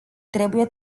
trebuie